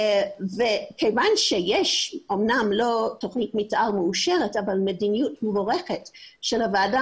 כיוון שיש אמנם לא תכנית מתאר מאושרת מדיניות מבורכת של הוועדה